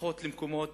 לפחות במקומות